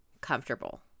comfortable